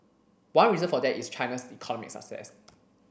one reason for that is China's economic success